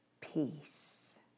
peace